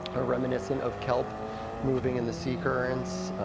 are reminiscent of kelp moving in the sea currents.